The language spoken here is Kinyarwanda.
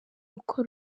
uko